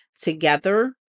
together